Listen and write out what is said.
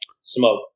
Smoke